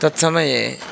तत् समये